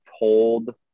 told